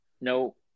no